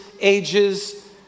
ages